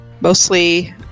mostly